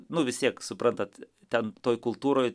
nu vis tiek suprantat ten toj kultūroje